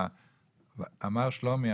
אמר שלומי,